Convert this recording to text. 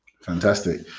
Fantastic